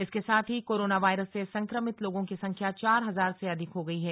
इसके साथ ही कोरोना वायरस से संक्रामित लोगों की संख्या् चार हजार से अधिक हो गयी है